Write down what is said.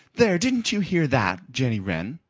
there! didn't you hear that, jenny wren?